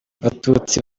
batutsi